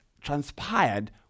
transpired